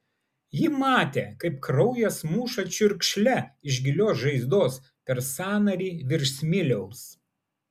ji matė kaip kraujas muša čiurkšle iš gilios žaizdos per sąnarį virš smiliaus